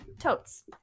totes